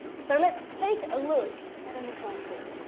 so let's take a look at an example.